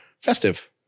festive